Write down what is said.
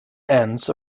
ends